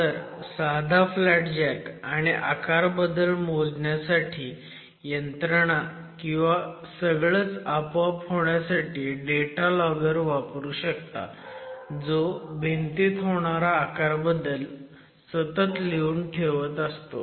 तर साधा flat jack आणि आकारबदल मोजण्यासाठी यंत्रणा किंवा सगळंच आपोआप होण्यासाठी डेटा लॉगर वापरू शकता जो भिंतीत होणारा आकारबदल सतत लिहून ठेवत असतो